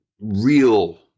real